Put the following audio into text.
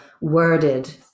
worded